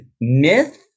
myth